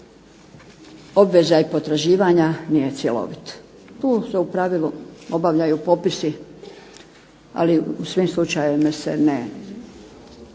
obveza i potraživanja nije cjelovit. Tu se u pravilu obavljaju popisi, ali u svim slučajevima se ne